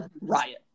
riot